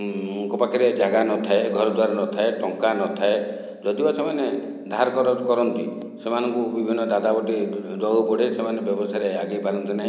ଙ୍କ ପାଖରେ ଜାଗା ନଥାଏ ଘରଦ୍ୱାର ନଥାଏ ଟଙ୍କା ନଥାଏ ଯଦିବା ସେମାନେ ଧାର କରଜ କରନ୍ତି ସେମାନଙ୍କୁ ବିଭିନ୍ନ ଦାଦାବଟି ଯେଉଁ ଦେବାକୁ ପଡ଼େ ସେମାନେ ବ୍ୟବସାୟରେ ଆଗେଇ ପାରନ୍ତି ନାହିଁ